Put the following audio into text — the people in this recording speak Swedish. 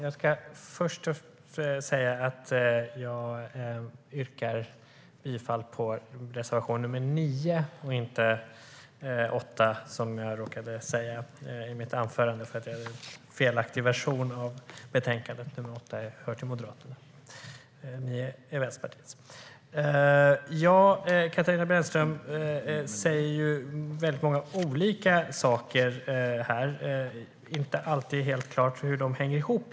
Herr talman! Katarina Brännström säger många olika saker här, och det är inte alltid helt klart hur de hänger ihop.